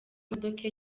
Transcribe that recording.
imodoka